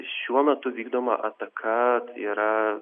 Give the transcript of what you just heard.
šiuo metu vykdoma ataka yra